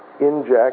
inject